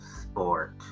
sport